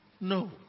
no